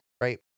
right